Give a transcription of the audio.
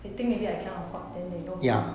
they think maybe I cannot afford then they no point